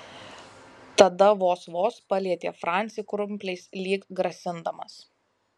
tada vos vos palietė francį krumpliais lyg grasindamas